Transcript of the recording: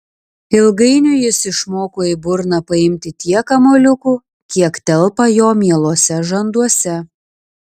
ilgainiui jis išmoko į burną paimti tiek kamuoliukų kiek telpa jo mieluose žanduose